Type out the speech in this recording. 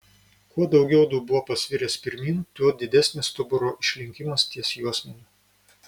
kuo daugiau dubuo pasviręs pirmyn tuo didesnis stuburo išlinkimas ties juosmeniu